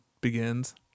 Begins